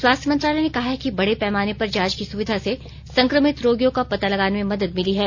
स्वास्थ्य मंत्रालय ने कहा है कि बड़े पैमाने पर जांच की सुविधा से संक्रमित रोगियों का पता लगाने में मदद मिली है